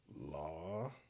Law